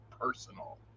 personal